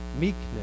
meekness